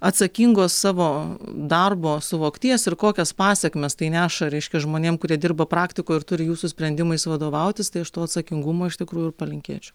atsakingo savo darbo suvokties ir kokias pasekmes tai neša reiškia žmonėm kurie dirba praktikoj ir turi jūsų sprendimais vadovautis tai aš to atsakingumo iš tikrųjų ir palinkėčiau